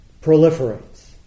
proliferates